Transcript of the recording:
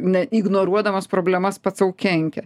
na ignoruodamas problemas pats sau kenkia